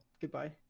Goodbye